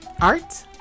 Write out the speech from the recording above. art